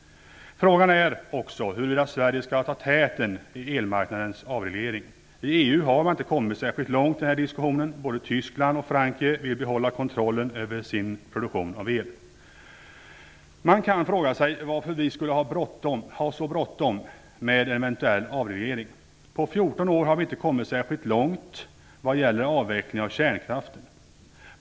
Frågan är också huruvida Sverige skall ta täten i elmarknadens avreglering. I EU har man inte kommit särskilt långt i den här diskussionen. Både Tyskland och Frankrike vill behålla kontrolllen över sin produktion av el. Man kan fråga sig varför vi skulle ha så bråttom med en eventuell avreglering. På 14 år har vi inte kommit särskilt långt vad gäller avvecklingen av kärnkraften.